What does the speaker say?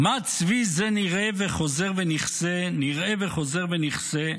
"מה צבי זה נראה וחוזר ונכסה, נראה וחוזר ונכסה,